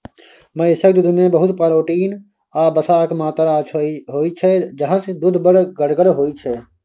महिषक दुधमे बहुत प्रोटीन आ बसाक मात्रा होइ छै जाहिसँ दुध बड़ गढ़गर होइ छै